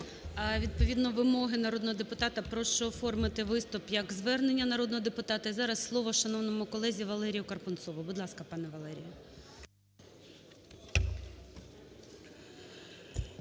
Відповідно вимоги народного депутата прошу оформити виступ як звернення народного депутата. І зараз слово шановному колезі Валерію Карпунцову. Будь ласка, пане Валерію.